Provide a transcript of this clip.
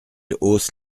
hausse